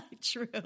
True